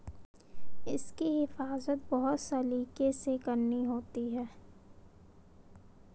इसकी हिफाज़त बहुत सलीके से करनी होती है